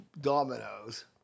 dominoes